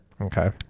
Okay